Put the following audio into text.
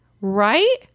Right